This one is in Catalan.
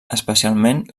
especialment